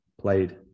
played